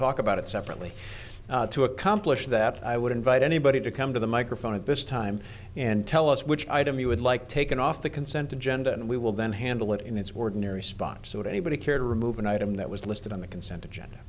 talk about it separately to accomplish that i would invite anybody to come to the microphone at this time and tell us which item you would like taken off the consent agenda and we will then handle it in its ordinary spots or anybody care to remove an item that was listed on the consent agenda